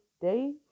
day